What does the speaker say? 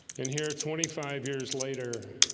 in here twenty five years later